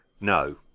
No